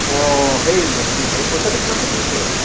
অঁ হেৰি সেই পইচাটো কিমানকৈ তুলিছ